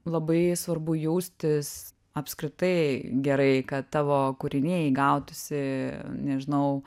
labai svarbu jaustis apskritai gerai kad tavo kūriniai gautųsi nežinau